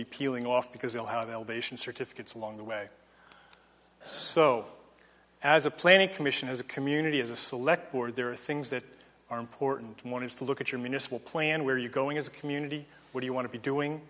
be peeling off because they'll how they'll vacation certificates along the way so as a planning commission as a community as a select board there are things that are important and one has to look at your municipal plan where you're going as a community what you want to be doing